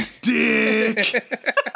Dick